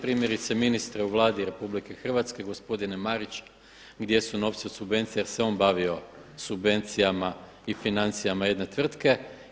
Primjerice ministre u Vladi RH gospodine Marić gdje su novci od subvencija jer se on bavio subvencijama i financijama jedne tvrtke.